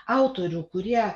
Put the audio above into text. autorių kurie